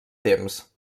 temps